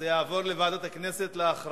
התשע"א 2010, לוועדה שתקבע ועדת הכנסת נתקבלה.